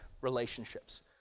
relationships